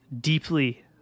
deeply